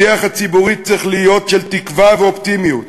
השיח הציבורי צריך להיות של תקווה ואופטימיות,